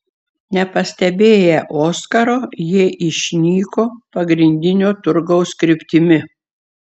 nepastebėję oskaro jie išnyko pagrindinio turgaus kryptimi